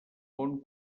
bon